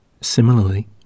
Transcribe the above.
Similarly